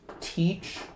teach